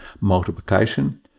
multiplication